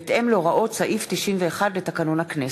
בהתאם להוראות סעיף 91 לתקנון הכנסת.